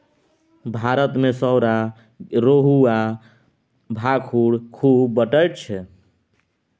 भारत मे सौरा, रोहू आ भाखुड़ खुब भेटैत छै